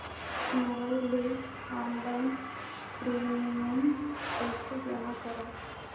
Mobile ले online premium कइसे जमा करों?